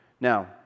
now